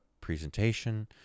presentation